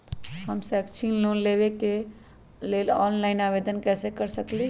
हम शैक्षिक लोन लेबे लेल ऑनलाइन आवेदन कैसे कर सकली ह?